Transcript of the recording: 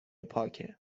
پاکه